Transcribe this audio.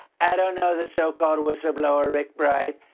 i don't know the so-called whistleblower rick bright,